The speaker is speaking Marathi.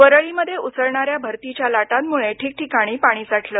वरळीमध्ये उसळणाऱ्या भरतीच्या लाटांमुळे ठिकठीकाणी पाणी साठलं